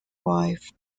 wife